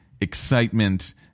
excitement